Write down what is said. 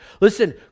Listen